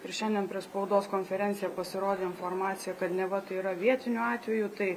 ir šiandien prieš spaudos konferenciją pasirodė informacija kad neva tai yra vietinių atvejų tai